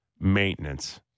maintenance